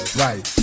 right